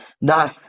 No